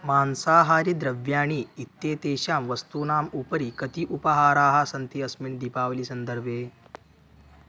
मांसाहारी द्रव्याणि इत्येतेषां वस्तूनाम् उपरि कति उपहाराः सन्ति अस्मिन् दीपावली सन्दर्भे